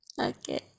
Okay